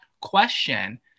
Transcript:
question